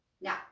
Now